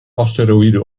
asteroïde